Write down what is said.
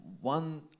one